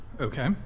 Okay